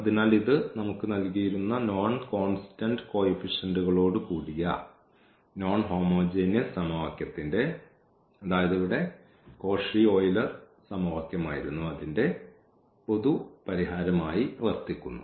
അതിനാൽ ഇത് നമുക്ക് നൽകിയിരുന്ന നോൺ കോൺസ്റ്റന്റ് കോയിഫിഷ്യൻറുകളോട് കൂടിയ നോൺ ഹോമോജിനിയസ് സമവാക്യത്തിന്റെ അതായത് ഇവിടെ കോശി ഓയിലർ സമവാക്യത്തിൻറെ പൊതു പരിഹാരമായി വർത്തിക്കുന്നു